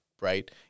right